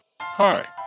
Hi